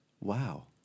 wow